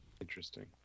Interesting